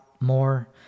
more